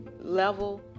level